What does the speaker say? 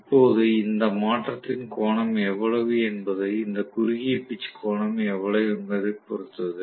இப்போது இந்த மாற்றத்தின் கோணம் எவ்வளவு என்பது இந்த குறுகிய பிட்ச் கோணம் எவ்வளவு என்பதைப் பொறுத்தது